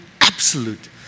absolute